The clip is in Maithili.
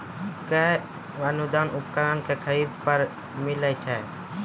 कया अनुदान उपकरणों के खरीद पर मिलता है?